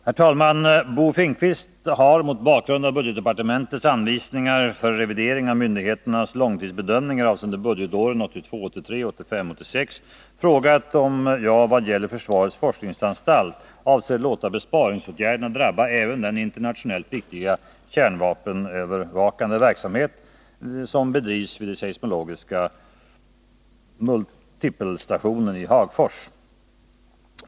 Herr talman! Bo Finnkvist har, mot bakgrund av budgetdepartementets anvisningar för revidering av myndigheternas långtidsbedömningar avseende budgetåren 1982 86, frågat om jag vad gäller försvarets forskningsanstalt avser låta besparingsåtgärderna drabba även den internationellt viktiga kärnvapenprovsövervakande verksamheten vid den seismologiska multipelstationen i Hagfors.